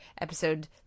episode